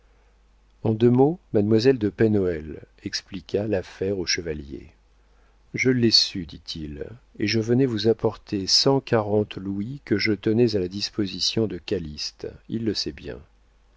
en deux mots mademoiselle de pen hoël expliqua l'affaire au chevalier je l'ai su dit-il et venais vous apporter cent quarante louis que je tenais à la disposition de calyste il le sait bien